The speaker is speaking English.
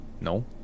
No